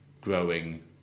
growing